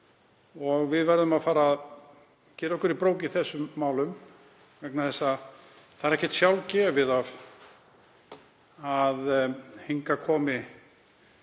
Við verðum að fara að girða okkur í brók í þessum málum vegna þess að það er ekkert sjálfgefið að hingað komi